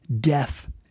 death